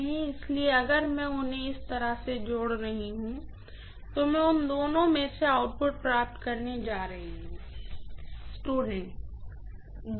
इसलिए अगर मैं उन्हें इस तरह से जोड़ रही हूँ तो मैं उन दोनों में से आउटपुट प्राप्त करने जा रही हूँ या जो भी स्टूडेंट वो दोनों